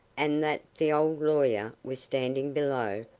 and that the old lawyer was standing below,